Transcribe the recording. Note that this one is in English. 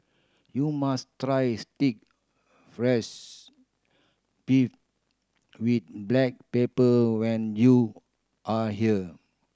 you must try beef with black pepper when you are here